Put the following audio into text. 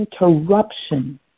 interruption